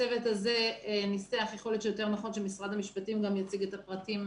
הצוות הזה ניסח אולי נכון יותר שמשרד המשפטים גם יציג את הפרטים,